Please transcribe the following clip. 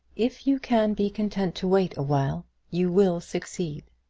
if you can be content to wait awhile, you will succeed,